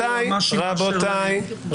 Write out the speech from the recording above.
רבותיי,